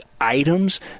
items